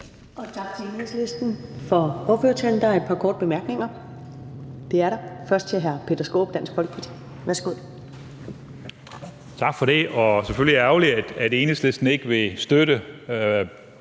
Tak for det. Det er selvfølgelig ærgerligt, at Enhedslisten ikke vil støtte